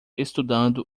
estudando